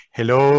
Hello